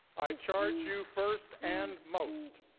i charge you, first and most,